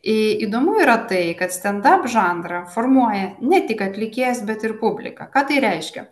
į įdomu yra tai kad stendap žanrą formuoja ne tik atlikėjas bet ir publika ką tai reiškia